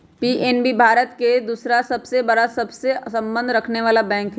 PNB Bharat के दूसरा सबसे बड़ा सबसे संबंध रखनेवाला बैंक हई